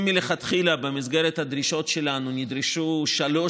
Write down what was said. אם מלכתחילה במסגרת הדרישות שלנו נדרשו שלוש